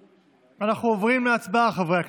אנחנו עוברים להצבעה, חברי הכנסת.